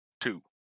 two